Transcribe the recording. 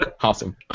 Awesome